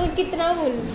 होर कितना बोल्लूं